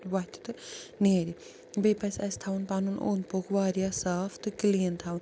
وۄتھہِ تہٕ نیرِ بیٚیہِ پزِ اسہِ تھاوُن پَنُن اوٚند پوٚک واریاہ صاف تہٕ کلیٖن تھاوُن